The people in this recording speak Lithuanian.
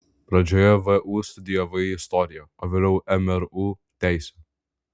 pradžioje vu studijavai istoriją o vėliau mru teisę